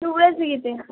ইয়েতে